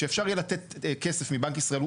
שאפשר יהיה לתת כסף מבנק ישראל.